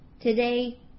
today